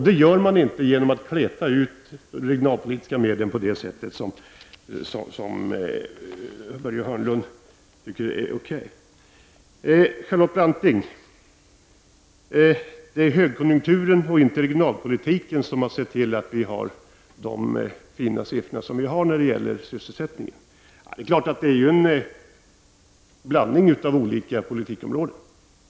Det gör man inte genom att kleta ut de regionalpolitiska medlen på det sätt som Börje Hörnlund tycker är okej. Charlotte Branting säger att det är högkonjunkturen och inte regionalpolitiken som sett till att vi har de fina sysselsättningssiffror vi har.